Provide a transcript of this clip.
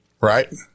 Right